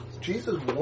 Jesus